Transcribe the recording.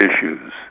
issues